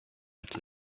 had